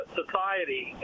society